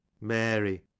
Mary